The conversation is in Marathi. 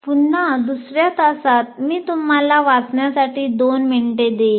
पुन्हा दुसऱ्या तासात मी तुम्हाला वाचण्यासाठी 2 मिनिटे देईन